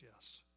yes